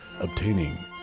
obtaining